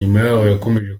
yakomeje